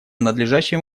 надлежащим